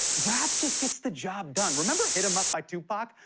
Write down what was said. rap just gets the job done. remember hit em up by tupac?